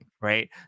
right